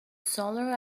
solar